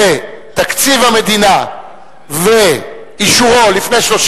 שתקציב המדינה ואישורו לפני 31